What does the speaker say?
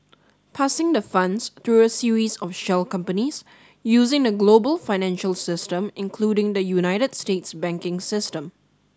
passing the funds through a series of Shell companies using the global financial system including the United States banking system